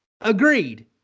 agreed